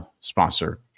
Sponsor